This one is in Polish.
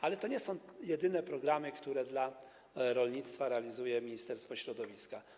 Ale to nie są jedyne programy, które dla rolnictwa realizuje Ministerstwo Środowiska.